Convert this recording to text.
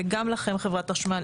וגם לכם חברת חשמל,